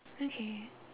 okay